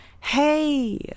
hey